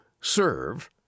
SERVE